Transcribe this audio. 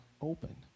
open